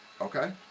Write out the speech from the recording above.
Okay